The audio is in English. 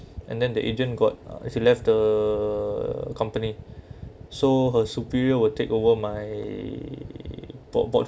and then the agent got actually left the company so her superior will take over my